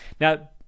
now